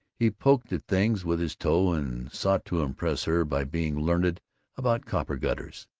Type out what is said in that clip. he poked at things with his toe, and sought to impress her by being learned about copper gutters,